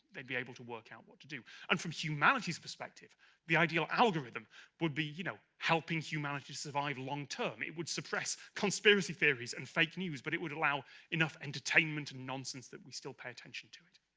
they'd be able to work out what to do, and from humanities perspective the ideal algorithm would be you know, helping humanity to survive long term it would suppress conspiracy theories and fake news but it would allow enough entertainment and nonsense that we still pay attention to it.